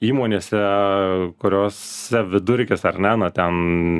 įmonėse kuriose vidurkis ar ne na ten